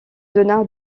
donna